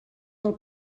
del